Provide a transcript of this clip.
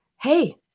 hey